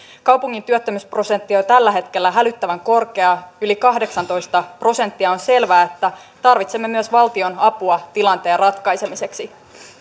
kaupungin työttömyysprosentti on tällä hetkellä hälyttävän korkea yli kahdeksantoista prosenttia ja on selvää että tarvitsemme myös valtion apua tilanteen ratkaisemiseksi